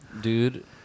dude